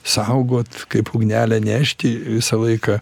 saugot kaip ugnelę nešti visą laiką